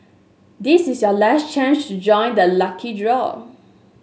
this is your last chance to join the lucky draw